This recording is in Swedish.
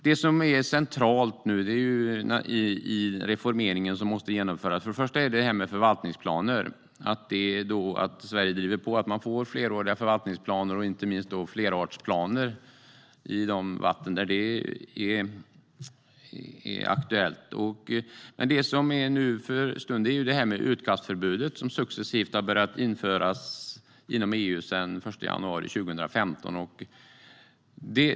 Det som nu är centralt i reformeringen är till att börja med detta med förvaltningsplaner. Sverige bör driva på för att man ska få fleråriga förvaltningsplaner och inte minst flerartsplaner i de vatten där det är aktuellt. Det finns ett utkastförbud som successivt har börjat införas i EU sedan den 1 januari 2015.